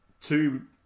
two